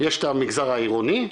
יש את המגזר העירוני,